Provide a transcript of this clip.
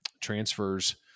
transfers